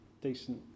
decent